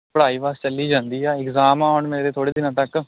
ਪੜ੍ਹਾਈ ਬਸ ਚੱਲੀ ਜਾਂਦੀ ਆ ਇਗਜ਼ਾਮ ਆ ਹੁਣ ਮੇਰੇ ਥੋੜ੍ਹੇ ਦਿਨਾਂ ਤੱਕ